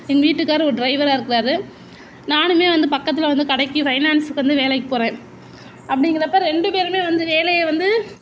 எங்கள் வீட்டுக்காரரு ஒரு ட்ரைவராக இருக்கிறாரு நானும் வந்து பக்கத்தில் வந்து கடைக்கு ஃபைனான்சுக்கு வந்து வேலைக்கு போகிறேன் அப்படிங்கிறப்ப ரெண்டு பேருமே வந்து வேலையை வந்து